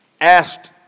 asked